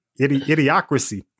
idiocracy